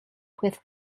with